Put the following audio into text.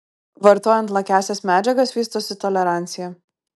vartojant lakiąsias medžiagas vystosi tolerancija